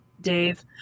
Dave